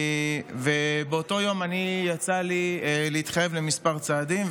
באותו יום יצא לי להתחייב לכמה צעדים,